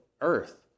earth